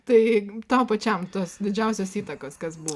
tai tau pačiam tos didžiausios įtakos kas buvo